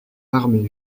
armé